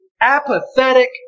apathetic